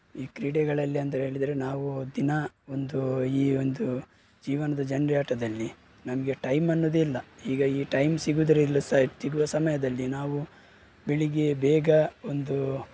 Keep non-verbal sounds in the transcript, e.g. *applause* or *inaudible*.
ಈ ಕ್ರೀಡೆಗಳಲ್ಲಿ ಅಂತ ಹೇಳಿದ್ರೆ ನಾವು ದಿನ ಒಂದು ಈ ಒಂದು ಜೀವನದ ಜಂಜಾಟದಲ್ಲಿ ನಮಗೆ ಟೈಮ್ ಅನ್ನೋದೆ ಇಲ್ಲ ಈಗ ಈ ಟೈಮ್ *unintelligible* ಸಿಗುವ ಸಮಯದಲ್ಲಿ ನಾವು ಬೆಳಗ್ಗೆ ಬೇಗ ಒಂದು